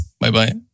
Bye-bye